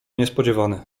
niespodziewany